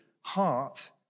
heart